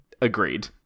Agreed